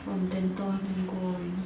from dental then go already